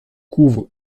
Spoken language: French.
couvre